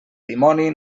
dimoni